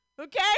Okay